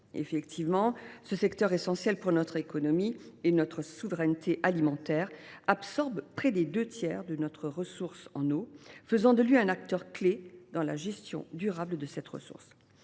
En effet, ce secteur essentiel pour notre économie et notre souveraineté alimentaire absorbe près des deux tiers de notre ressource en eau, ce qui en fait un acteur clé dans la gestion durable de cette ressource.